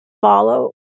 follow